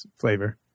flavor